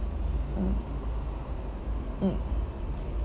mm mm